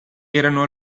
erano